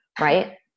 right